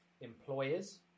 employers